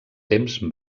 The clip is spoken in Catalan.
temps